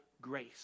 grace